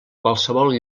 qualsevol